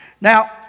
Now